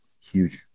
huge